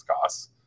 costs